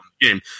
game